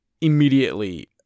immediately